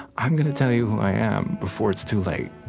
i'm going to tell you who i am before it's too late.